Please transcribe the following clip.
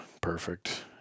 perfect